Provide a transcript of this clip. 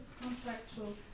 contractual